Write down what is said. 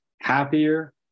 happier